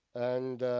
and.